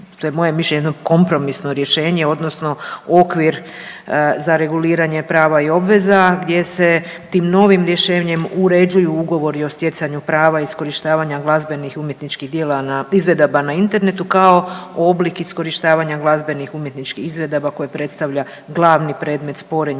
to je moje mišljenje jedno kompromisno rješenje odnosno okvir za reguliranje prava i obveza gdje se tim novim rješenjem uređuju ugovori o stjecanju prava iskorištavanja glazbenih umjetničkih djela, izvedaba na internetu kao oblik iskorištavanja glazbenih umjetničkih izvedaba koje predstavlja glavni predmet sporenja